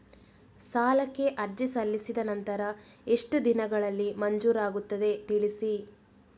ಸಾಲಕ್ಕೆ ಅರ್ಜಿ ಸಲ್ಲಿಸಿದ ನಂತರ ಎಷ್ಟು ದಿನಗಳಲ್ಲಿ ಮಂಜೂರಾಗುತ್ತದೆ ತಿಳಿಸಿ?